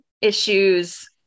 issues